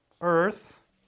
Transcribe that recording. Earth